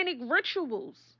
rituals